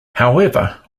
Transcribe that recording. however